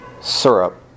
syrup